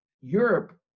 Europe